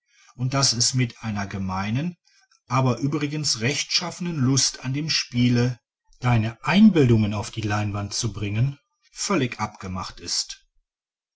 und daß es mit einer gemeinen aber übrigens rechtschaffenen lust an dem spiele deine einbildungen auf die leinewand zu bringen völlig abgemacht ist